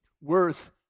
worth